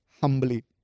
humbly